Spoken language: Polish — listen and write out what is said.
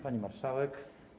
Pani Marszałek!